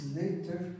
later